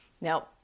Now